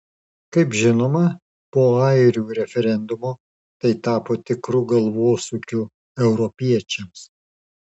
kaip žinoma po airių referendumo tai tapo tikru galvosūkiu europiečiams